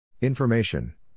Information